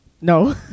No